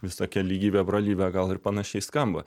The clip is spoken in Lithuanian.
visokią lygybę brolybę gal ir panašiai skamba